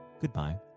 goodbye